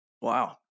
Wow